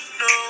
no